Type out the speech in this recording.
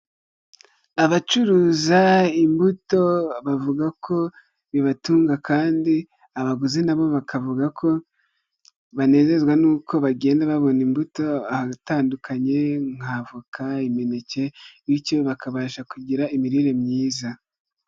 Abacuruza imbuto bavuga ko bibatunga kandi abaguzi nabo bakavuga ko banezezwa nuko bagenda babona imbuto ahatandukanye nk'avoka, imineke, bityo bakabasha kugira imirire myiza.